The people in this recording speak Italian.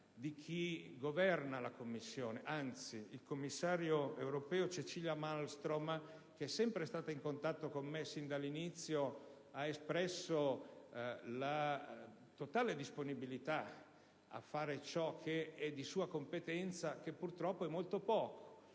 di chi governa la Commissione; anzi, il commissario europeo Cecilia Malmström è sempre stata in contatto con me sin dall'inizio, esprimendo la totale disponibilità a far ciò che è di sua competenza, che purtroppo però è molto poco,